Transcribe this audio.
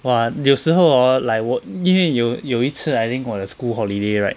!wah! 有时候 hor like 我宁愿有有一次 I think 我的 school holiday right